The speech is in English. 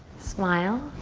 smile.